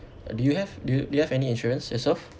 do you have do do you have any insurance yusof